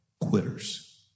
quitters